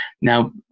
Now